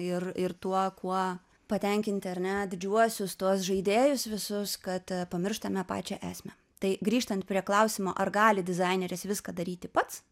ir ir tuo kuo patenkinti ar ne didžiuosius tuos žaidėjus visus kad pamirštame pačią esmę tai grįžtant prie klausimo ar gali dizaineris viską daryti pats